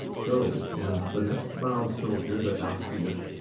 go, and the next bough, soldier, that thou seest,